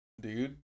dude